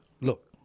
Look